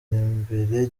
imbere